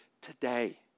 today